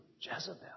Jezebel